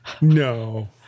no